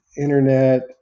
internet